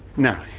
no.